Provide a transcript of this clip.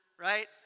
Right